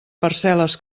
parcel·les